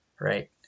right